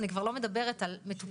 אני כבר לא מדברת על מטופלים,